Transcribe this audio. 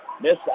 miss